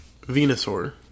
Venusaur